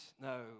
no